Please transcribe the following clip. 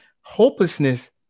hopelessness